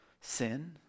sin